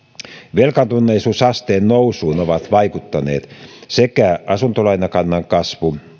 velkaantuneisuusasteen nousuun ovat vaikuttaneet sekä asuntolainakannan kasvu